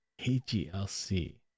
A-G-L-C